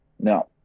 No